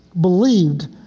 believed